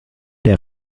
der